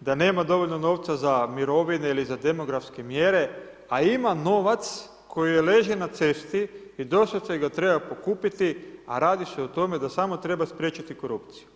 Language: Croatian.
da nema dovoljno novca za mirovine ili za demografske mjere, a ima novac koji leži na cesti i doslovce ga treba pokupiti, a radi se o tome da samo treba spriječiti korupciju.